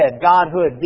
Godhood